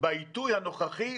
בעיתוי הנוכחי,